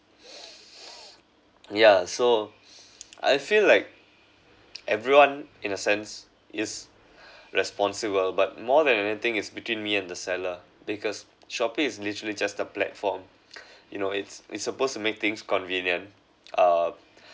yeah so I feel like everyone in a sense is responsible but more than anything it's between me and the seller because Shopee is literally just the platform you know it's it's supposed to make things convenient uh